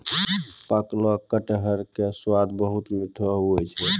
पकलो कटहर के स्वाद बहुत मीठो हुवै छै